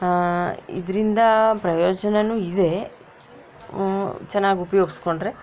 ಇದರಿಂದ ಪ್ರಯೋಜನವೂ ಇವೆ ಚೆನ್ನಾಗಿ ಉಪಯೋಗಿಸಿಕೊಂಡ್ರೆ